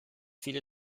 viele